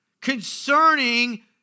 concerning